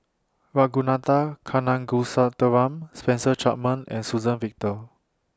Ragunathar Kanagasuntheram Spencer Chapman and Suzann Victor